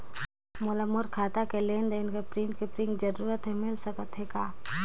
मोला मोर खाता के लेन देन के प्रिंट के जरूरत हे मिल सकत हे का?